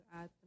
add